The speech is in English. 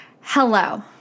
hello